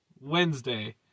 Wednesday